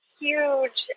huge